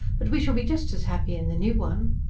but we shall be just as happy in the new one.